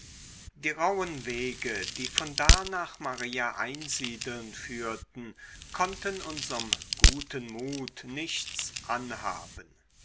die rauhen wege die von da nach maria einsiedeln führten konnten unserm guten mut nichts anhaben